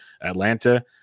Atlanta